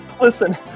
Listen